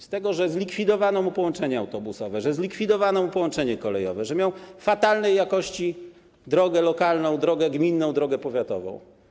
Z tego, że zlikwidowano mu połączenia autobusowe, że zlikwidowano mu połączenie kolejowe, że miał fatalnej jakości drogę lokalną, drogę gminną, drogę powiatową.